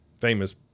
famous